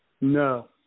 No